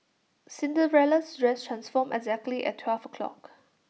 Cinderella's dress transformed exactly at twelve o'clock